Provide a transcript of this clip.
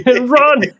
run